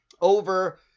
over